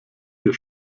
ihr